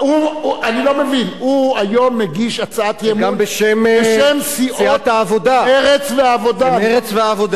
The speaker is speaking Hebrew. הוא היום מגיש הצעת אי-אמון בשם סיעות מרצ והעבודה.